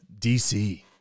DC